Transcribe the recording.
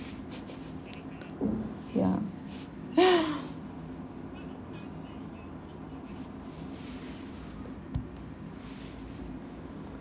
ya